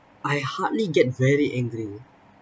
I hardly get very angry